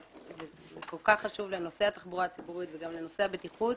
זה כל כך חשוב לנושא התחבורה הציבורית וגם לנושא הבטיחות.